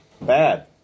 Bad